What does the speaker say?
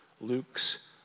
Luke's